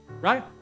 right